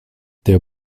der